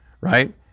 right